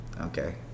Okay